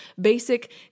basic